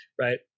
right